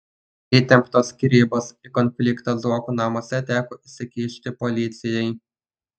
įtemptos skyrybos į konfliktą zuokų namuose teko įsikišti policijai